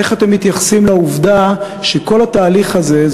איך אתם מתייחסים לעובדה שכל התהליך הזה הוא